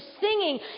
singing